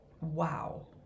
wow